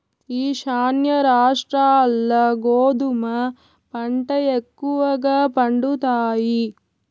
ఈశాన్య రాష్ట్రాల్ల గోధుమ పంట ఎక్కువగా పండుతాయి